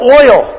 oil